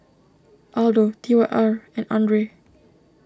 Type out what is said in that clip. Aldo T Y R and Andre